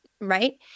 Right